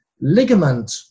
ligament